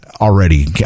already